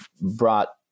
brought